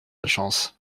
chance